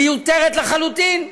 מיותרת לחלוטין.